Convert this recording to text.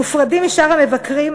מופרדים משאר המבקרים,